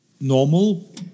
normal